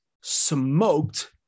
smoked